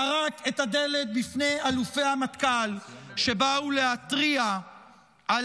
טרק את הדלת בפני אלופי המטכ"ל שבאו להתריע על